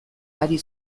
hari